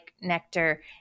Nectar